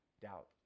doubt